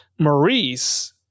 Maurice